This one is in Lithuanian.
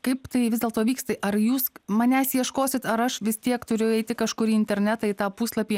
kaip tai vis dėlto vyks tai ar jūs manęs ieškosit ar aš vis tiek turiu eiti kažkur į internetą į tą puslapį